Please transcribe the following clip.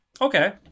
Okay